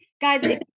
guys